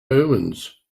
omens